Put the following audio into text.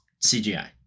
CGI